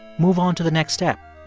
move on to the next step,